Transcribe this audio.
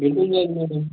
भेटून जाईन मॅडम